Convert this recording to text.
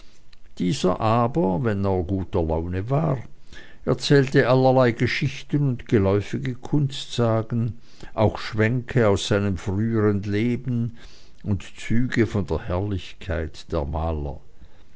dieser aber wenn er guter laune war erzählte allerlei geschichten und geläufige kunstsagen auch schwänke aus seinem frühern leben und züge von der herrlichkeit der maler